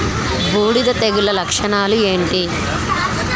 బూడిద తెగుల లక్షణాలు ఏంటి?